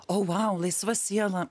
o vau laisva siela